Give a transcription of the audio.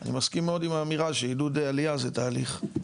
אני מסכים מאוד עם האמירה שעידוד העלייה זה תהליך.